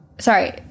Sorry